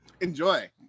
Enjoy